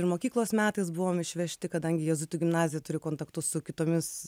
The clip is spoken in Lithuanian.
ir mokyklos metais buvom išvežti kadangi jėzuitų gimnazija turi kontaktus su kitomis